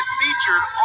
featured